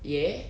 ya